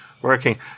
working